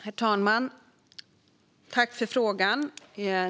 Herr talman! Jag tackar för frågan.